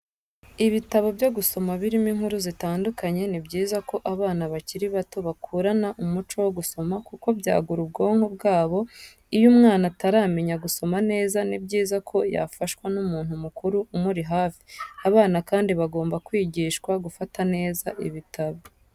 Ibitabo byo gusoma birimo inkuru zitandukanye, ni byiza ko abana bakiri bato bakurana umuco wo gusoma kuko byagura ubwonko bwabo iyo umwana ataramenya gusoma neza ni byiza ko yafashwa n'umuntu mukuru umuri hafi. abana kandi bagomba kwigishwa gufata neza ibitabo.